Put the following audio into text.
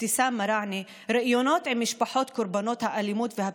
אבתיסאם מראענה ראיונות עם משפחות קורבנות האלימות והפשיעה,